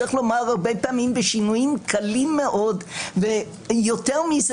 צריך לומר הרבה פעמים בשינויים קלים מאוד ויותר מזה